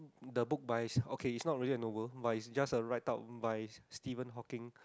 the book by okay is not a novel but is just a write up by Steven Hawking